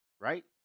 Right